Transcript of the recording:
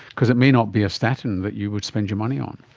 because it may not be a statin that you would spend your money on.